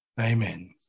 Amen